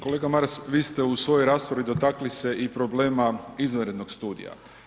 Kolega Maras vi ste u svojoj raspravi dotakli se i problema izvanrednog studija.